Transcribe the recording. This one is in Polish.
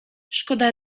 szkoda